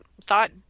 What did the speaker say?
thought